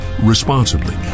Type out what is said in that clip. responsibly